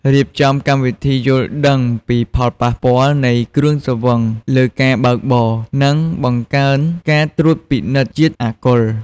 រៀបចំ កម្មវិធីយល់ដឹងពីផលប៉ះពាល់នៃគ្រឿងស្រវឹង លើការបើកបរ និងបង្កើនការត្រួតពិនិត្យជាតិអាល់កុល។